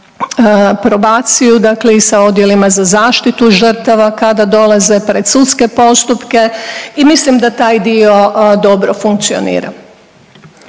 probaciju, dakle i sa odjelima za zaštitu žrtava kada dolaze pred sudske postupke i mislim da taj dio dobro funkcionira.